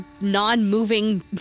non-moving